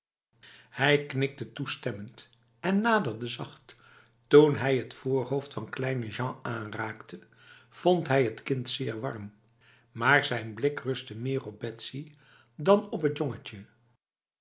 hij knikte toestemmend en naderde zachttoen hij het voorhoofd van kleine jean aanraakte vond hij t kind zeer kalm maar zijn blik rustte meer op betsy dan op het jongetje